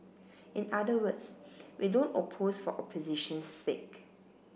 in other words we don't oppose for opposition's sake